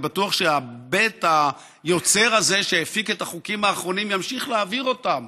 אני בטוח שבית היוצר הזה שהפיק את החוקים האחרונים ימשיך להעביר אותם,